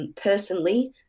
Personally